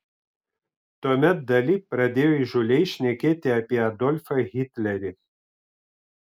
tuomet dali pradėjo įžūliai šnekėti apie adolfą hitlerį